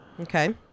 Okay